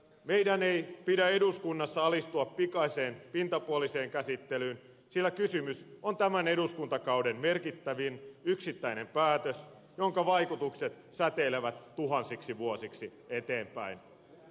meidän ei pidä eduskunnassa alistua pikaiseen pintapuoliseen käsittelyyn sillä kysymys on tämän eduskuntakauden merkittävin yksittäinen päätös jonka vaikutukset säteilevät tuhansiksi vuosiksi eteenpäin